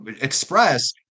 express